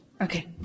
Okay